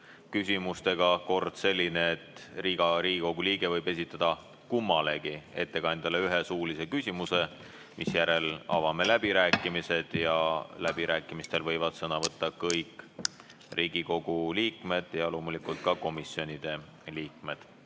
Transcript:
Küsimustega on kord selline, et iga Riigikogu liige võib esitada kummalegi ettekandjale ühe suulise küsimuse, misjärel avame läbirääkimised. Läbirääkimistel võivad sõna võtta kõik Riigikogu liikmed ja loomulikult ka komisjonide liikmed.